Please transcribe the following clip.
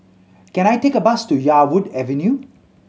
can I take a bus to Yarwood Avenue